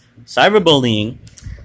cyberbullying